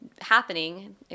happening